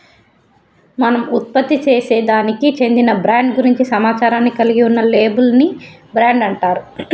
మనం ఉత్పత్తిసేసే దానికి చెందిన బ్రాండ్ గురించి సమాచారాన్ని కలిగి ఉన్న లేబుల్ ని బ్రాండ్ అంటారు